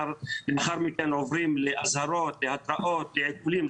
ולאחר מכן עוברים לאזהרות והתראות ולעיקולים.